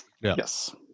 yes